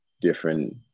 different